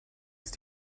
ist